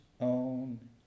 own